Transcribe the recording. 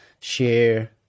share